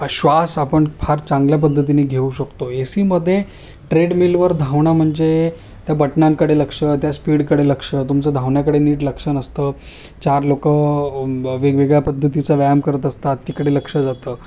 श्वास आपण फार चांगल्या पद्धतीने घेऊ शकतो एसीमध्ये ट्रेडमिलवर धावणं म्हणजे त्या बटनांकडे लक्ष त्या स्पीडकडे लक्ष तुमचं धावण्याकडे नीट लक्ष नसतं चार लोकं वेगवेगळ्या पद्धतीचा व्यायाम करत असतात तिकडे लक्ष जातं